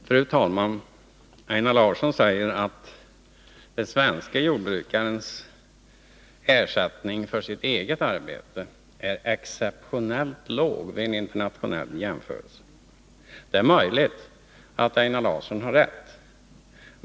Fru talman! Einar Larsson säger att den ersättning som den svenske jordbrukaren får för sitt eget arbete är exceptionellt låg vid en internationell jämförelse. Det är möjligt att Einar Larsson har rätt.